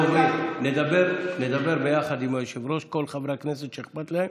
נדבר ביחד, כל חברי הכנסת שאכפת שלהם,